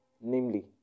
namely